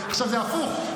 עכשיו זה הפוך.